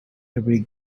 every